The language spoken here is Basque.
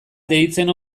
deitzen